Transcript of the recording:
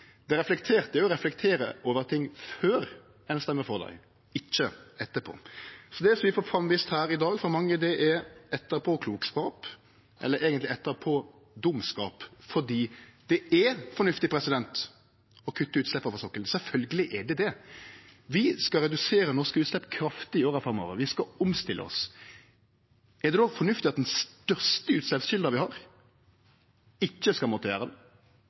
Det reflekterte er å reflektere over ting før ein stemmer for dei, ikkje etterpå. Det vi ser frå mange her i dag, er etterpåklokskap, eller eigentleg «etterpådumskap», for det er fornuftig å kutte utsleppa frå sokkelen – sjølvsagt er det det. Vi skal redusere norske utslepp kraftig i åra framover, vi skal omstille oss. Er det då fornuftig at den største utsleppskjelda vi har, ikkje skal måtte gjere det? Og kva er det ein eigentleg snakkar om når ein seier at ein ikkje skal gjere det?